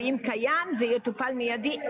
אם קיים זה יטופל מיידית,